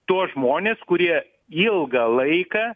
tuos žmones kurie ilgą laiką